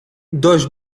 dość